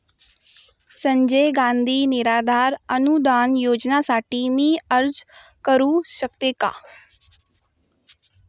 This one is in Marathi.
संजय गांधी निराधार अनुदान योजनेसाठी मी अर्ज करू शकते का?